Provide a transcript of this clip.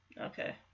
Okay